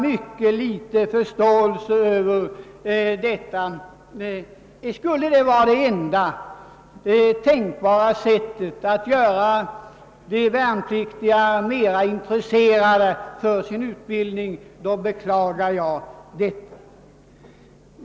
Skulle detta vara det enda tänkbara sättet att göra de värnpliktiga mer intresserade av sin utbildning, beklagar jag det.